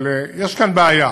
אבל יש כאן בעיה,